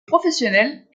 professionnels